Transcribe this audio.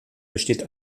besteht